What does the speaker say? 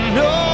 no